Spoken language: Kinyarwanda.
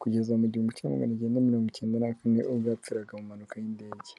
kugeza mu gihumbi kimwe magana cyenda mirongo icyenda na kane ubwo yapfiraga mu mpanuka y'indege.